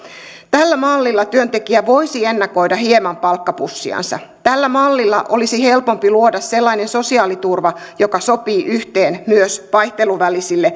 tällä mallilla työntekijä voisi ennakoida hieman palkkapussiansa tällä mallilla olisi helpompi luoda sellainen sosiaaliturva joka sopii yhteen myös vaihteluvälisille